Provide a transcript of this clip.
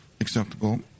acceptable